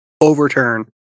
overturn